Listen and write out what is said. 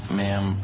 ma'am